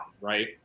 right